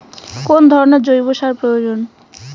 কোন ধরণের জৈব সার প্রয়োজন?